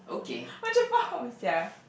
macam faham sia